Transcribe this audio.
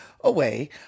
away